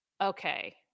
okay